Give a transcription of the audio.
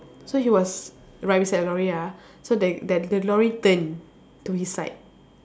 so he was right beside the lorry ah so that that the lorry turn to his side